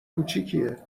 کوچیکیه